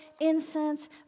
incense